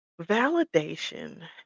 Validation